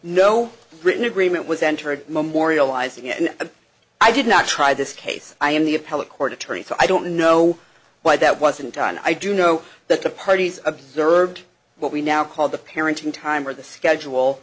no written agreement was entered memorializing and i did not try this case i am the appellate court attorney so i don't know why that wasn't done i do know that the parties observed what we now call the parenting time or the schedule